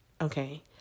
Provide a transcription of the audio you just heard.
Okay